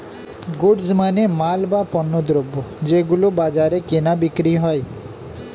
goods মানে মাল, বা পণ্যদ্রব যেগুলো বাজারে কেনা বিক্রি হয়